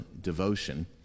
devotion